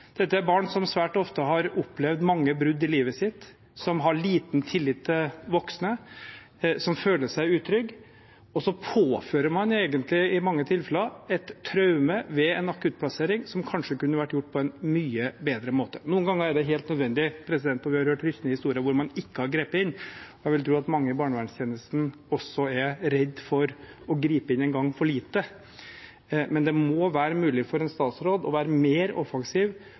Dette er barn som svært ofte har opplevd mange brudd i livet sitt, som har liten tillit til voksne, som føler seg utrygge, og så påfører man dem egentlig i mange tilfeller et traume ved en akuttplassering som kanskje kunne vært gjort på en mye bedre måte. Noen ganger er det helt nødvendig, og vi har hørt rystende historier hvor man ikke har grepet inn. Jeg vil tro at mange i barnevernstjenesten også er redde for å gripe inn en gang for lite. Men det må være mulig for en statsråd å være mer offensiv